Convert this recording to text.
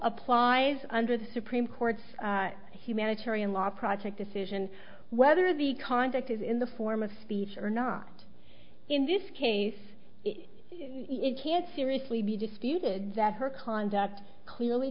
applies under the supreme court's humanitarian law project decision whether the conduct is in the form of speech or not in this case it can't seriously be disputed that her conduct clearly